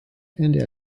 and